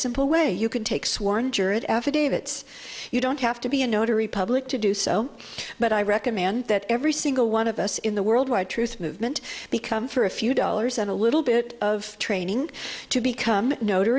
simple way you can take sworn affidavits you don't have to be a notary public to do so but i recommend that every single one of us in the worldwide truth movement become for a few dollars and a little bit of training to become